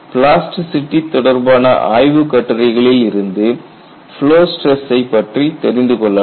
plasticity தொடர்பான ஆய்வுக் கட்டுரைகளில் இருந்து ஃப்லோ ஸ்டிரஸ்சை பற்றி தெரிந்துகொள்ளலாம்